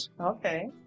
okay